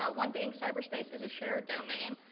ah one being cyber space is a shared domain,